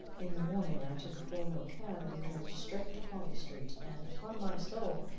in the morning i took a four-wheel cab and drove straight to harley street and, upon my soul,